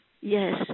yes